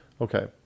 Okay